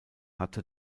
hatte